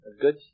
good